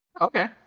Okay